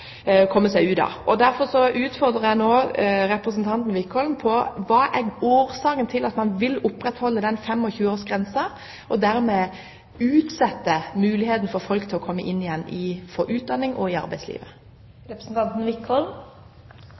kommer seg ut av. Derfor utfordrer jeg nå representanten Wickholm: Hva er årsaken til at man vil opprettholde denne 25-års grensen, og dermed utsetter muligheten for folk til å komme inn igjen i utdanning og ut i